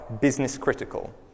business-critical